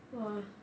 !wah!